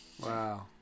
Wow